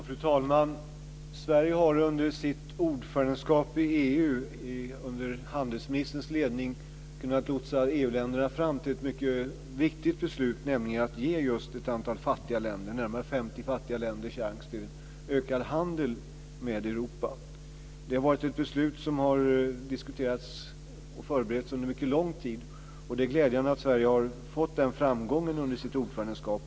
Fru talman! Sverige har under sitt ordförandeskap i EU under handelsministerns ledning kunnat lotsa EU-länderna fram till ett mycket viktigt beslut. Det gällde just att ge ett antal fattiga länder, närmare 50 fattiga länder, chansen till ökad handel med Europa. Det har varit ett beslut som har diskuterats och förberetts under mycket lång tid, och det är glädjande att Sverige har fått denna framgång under sitt ordförandeskap.